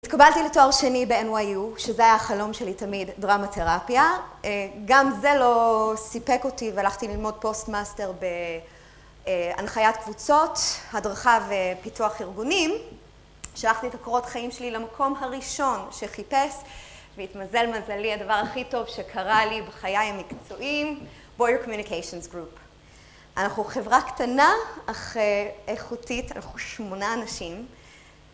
התקבלתי לתואר שני ב-NYU, שזה היה החלום שלי תמיד, דרמתרפיה. גם זה לא סיפק אותי והלכתי ללמוד פוסט-מאסטר בהנחיית קבוצות, הדרכה ופיתוח ארגונים. שלחתי את הקורות חיים שלי למקום הראשון שחיפש, והתמזל מזלי, הדבר הכי טוב שקרה לי בחיי המקצועים, בויור-קומיוניקיישנס גרופ. אנחנו חברה קטנה, אך איכותית, אנחנו שמונה אנשים.